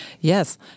yes